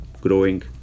growing